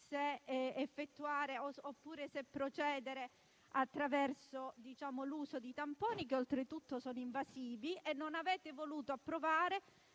se effettuare il vaccino oppure se procedere attraverso l'uso di tamponi, che oltretutto sono invasivi. Non avete nemmeno voluto approvare